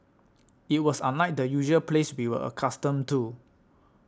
it was unlike the usual peace we were accustomed to